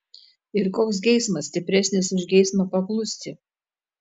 ir koks geismas stipresnis už geismą paklusti